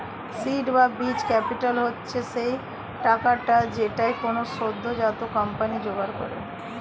seed বা বীজ capital হচ্ছে সেই টাকাটা যেইটা কোনো সদ্যোজাত কোম্পানি জোগাড় করে